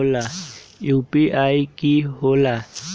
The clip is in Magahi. यू.पी.आई कि होला?